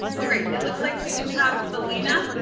oh, great. it looks like we do have felina.